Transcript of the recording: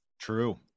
True